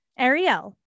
Ariel